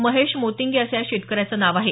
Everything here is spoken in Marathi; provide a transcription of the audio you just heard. महेश मोतिंगे असं या शेतकऱ्याचं नाव आहे